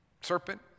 serpent